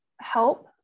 help